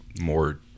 more